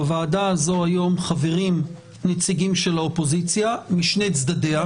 בוועדה הזאת היום חברים נציגים של האופוזיציה משני צדדיה.